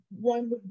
one